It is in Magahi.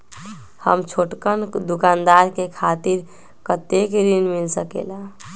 हम छोटकन दुकानदार के खातीर कतेक ऋण मिल सकेला?